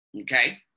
okay